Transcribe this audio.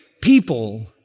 people